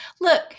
look